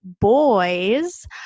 boys